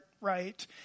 right